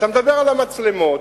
אתה מדבר על המצלמות.